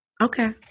Okay